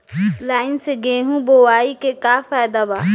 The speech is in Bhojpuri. लाईन से गेहूं बोआई के का फायदा बा?